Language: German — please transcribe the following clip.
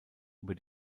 über